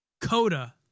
Coda